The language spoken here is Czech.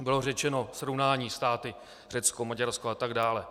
Bylo řečeno srovnání státy, Řecko, Maďarsko atd.